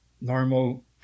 normal